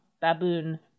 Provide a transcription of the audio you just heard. baboon